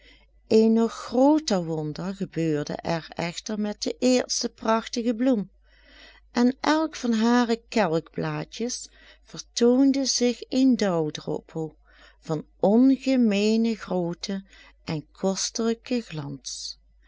een nog grooter wonder gebeurde er echter met de eerste prachtige bloem aan elk van hare kelkblaadjes vertoonde zich een dauwdroppel van ongemeene grootte en kostelijken glans